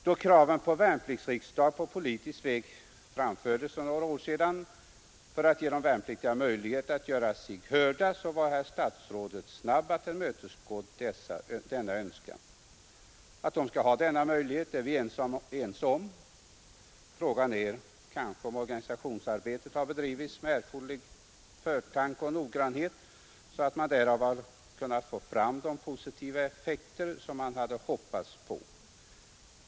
Då kraven på värnpliktsriksdag framfördes på politisk väg för några år sedan för att ge de värnpliktiga möjlighet att göra sig hörda, var herr statsrådet snabb att tillmötesgå denna önskan. Att de värnpliktiga bör ha denna möjlighet är vi ense om. Frågan är kanske om organisationsarbetet har bedrivits med erforderlig förtänksamhet och noggrannhet så att man därav har kunnat få fram de positiva effekter som man hade hoppats på.